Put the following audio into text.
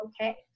okay